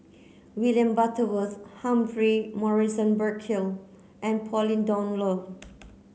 William Butterworth Humphrey Morrison Burkill and Pauline Dawn Loh